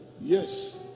Yes